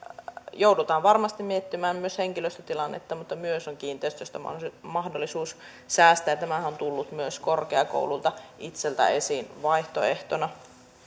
joudutaan varmasti miettimään myös henkilöstötilannetta mutta on myös kiinteistöistä mahdollisuus mahdollisuus säästää ja tämähän on tullut myös korkeakouluilta itseltään esiin vaihtoehtona